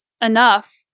enough